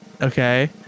Okay